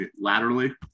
laterally